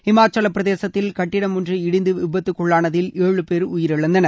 ஹிமாச்சலப் பிரதேசத்தில் கட்டிடம் ஒன்று இடிந்து விபத்துக்குள்ளானதில் ஏழு பேர் உயிரிழந்தனர்